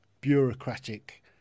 bureaucratic